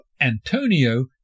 Antonio